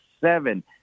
seven